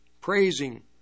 praising